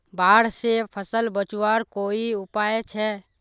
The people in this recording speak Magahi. बाढ़ से फसल बचवार कोई उपाय छे?